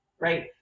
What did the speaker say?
right